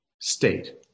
state